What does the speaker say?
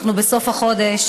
בסוף החודש